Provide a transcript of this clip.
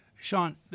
Sean